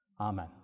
Amen